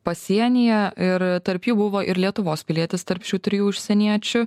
pasienyje ir tarp jų buvo ir lietuvos pilietis tarp šių trijų užsieniečių